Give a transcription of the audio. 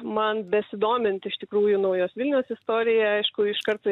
man besidomint iš tikrųjų naujos vilniaus istorija aišku iškart